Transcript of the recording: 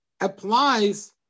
applies